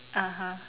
(uh huh)